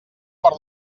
per